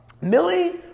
Millie